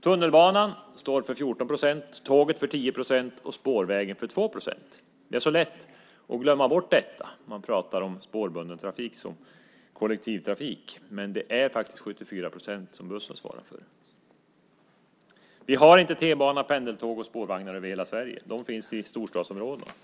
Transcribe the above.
Tunnelbanan står för 14 procent, tåget för 10 procent och spårvägen för 2 procent. Det är så lätt att glömma bort detta. Man pratar om spårbunden trafik som kollektivtrafik, men det är faktiskt 74 procent som bussarna svarar för. Vi har inte t-bana, pendeltåg eller spårvagnar över hela Sverige. Det finns i våra storstadsområden.